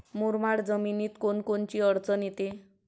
मुरमाड जमीनीत कोनकोनची अडचन येते?